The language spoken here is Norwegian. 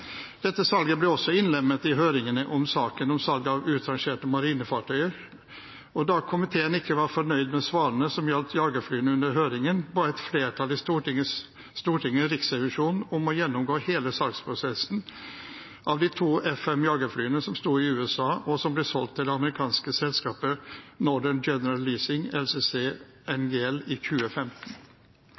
Dette salget ble også innlemmet i høringene om saken om salg av utrangerte marinefartøyer, og da komiteen ikke var fornøyd med svarene som gjaldt jagerflyene, under høringen, ba et flertall i Stortinget Riksrevisjonen om å gjennomgå hele salgsprosessen med de to F-5-jagerflyene som sto i USA, og som ble solgt til det amerikanske selskapet Northern General Leasing LCC, NGL, i 2015.